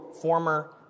former